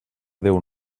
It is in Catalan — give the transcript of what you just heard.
déu